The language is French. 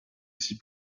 six